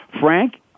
Frank